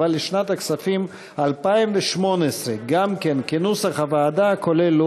לשנת הכספים 2017, אושר כנוסח הוועדה.